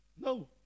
no